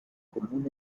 comunes